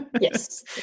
Yes